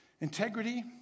Integrity